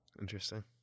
Interesting